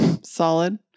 solid